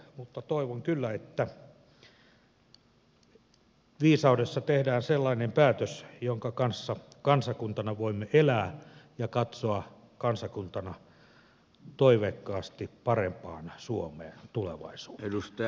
mutta toivon kyllä että viisaudessa tehdään sellainen päätös jonka kanssa kansakuntana voimme elää ja katsoa kansakuntana toiveikkaasti parempaan suomeen tulevaisuudessa